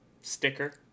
sticker